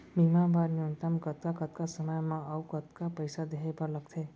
बीमा बर न्यूनतम कतका कतका समय मा अऊ कतका पइसा देहे बर लगथे